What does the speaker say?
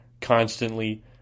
constantly